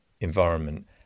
environment